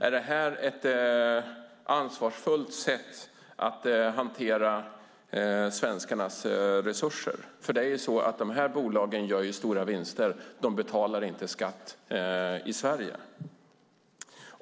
Är det här ett ansvarsfullt sätt att hantera svenskarnas resurser - de här bolagen gör ju stora vinster, och de betalar inte skatt i Sverige?